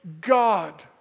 God